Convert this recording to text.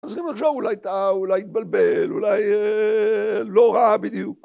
צריכים לחשוב, אולי טעה, אולי התבלבל, אולי לא ראה בדיוק.